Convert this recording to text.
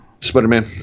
Spider-Man